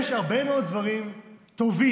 יש הרבה מאוד דברים טובים